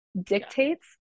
dictates